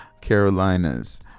Carolinas